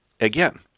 again